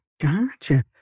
Gotcha